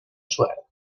suert